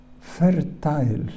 fertile